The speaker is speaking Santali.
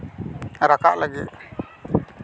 ᱨᱟᱠᱟᱵ ᱞᱟᱹᱜᱤᱫ